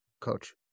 coach